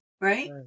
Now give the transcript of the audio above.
Right